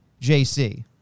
JC